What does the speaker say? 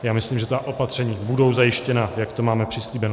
Já myslím, že ta opatření budou zajištěna, jak to máme přislíbeno.